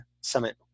Summit